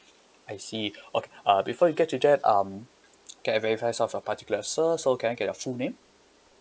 I see okay uh before you get to that um can I verify sort of a particular sir so can I get your full name